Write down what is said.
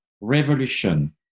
revolution